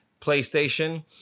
PlayStation